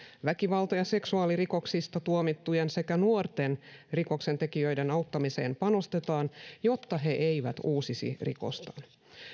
väkivalta ja seksuaalirikoksista tuomittujen sekä nuorten rikoksentekijöiden auttamiseen panostetaan jotta he eivät uusisi rikostaan